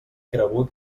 cregut